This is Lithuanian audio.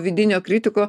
vidinio kritiko